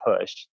push